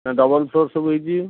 double source ସବୁ ହୋଇଛି